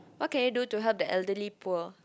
what can you do to help the elderly poor